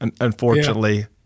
unfortunately